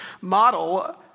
model